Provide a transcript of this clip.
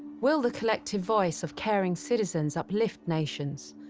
will the collective voice of caring citizens uplift nations,